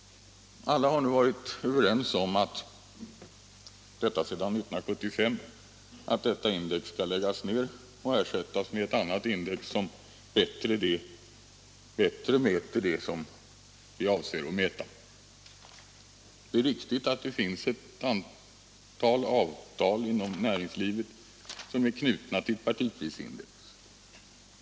Alla har nu varit överens om sedan 1975 att detta index skall läggas ner och ersättas med ett annat index, som bättre mäter det som man avser att mäta. Det är riktigt att det finns ett antal avtal inom näringslivet, som är knutna till partiprisindex.